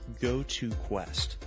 #GoToQuest